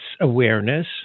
awareness